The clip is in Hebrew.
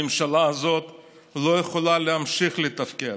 הממשלה הזאת לא יכולה להמשיך לתפקד.